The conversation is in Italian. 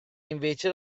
invece